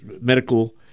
medical